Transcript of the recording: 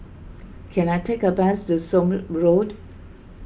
can I take a bus to Somme Road